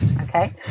Okay